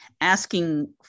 asking